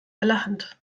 allerhand